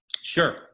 sure